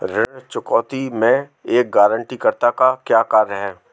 ऋण चुकौती में एक गारंटीकर्ता का क्या कार्य है?